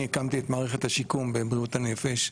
אני הקמתי את מערכת השיקום בבריאות הנפש,